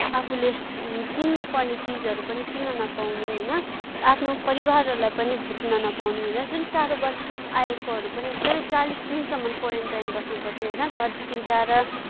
आफूले किन्नपर्ने चिजहरू पनि किन्न नपाउने होइन आफ्नो परिवारहरूलाई पनि भेट्न पाउने होइन जुन टाढोबाट आएकोहरू पनि एकदम चालिस दिनसम्म क्वारिन्टाइन बस्नपर्थ्यो होइन धरदेखि टाढा